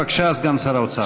בבקשה, סגן שר האוצר.